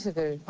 the